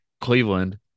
Cleveland